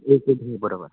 एक एक होईल बरोबर